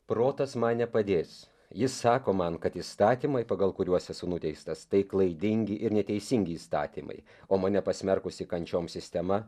protas man nepadės jis sako man kad įstatymai pagal kuriuos esu nuteistas tai klaidingi ir neteisingi įstatymai o mane pasmerkusi kančioms sistema